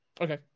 okay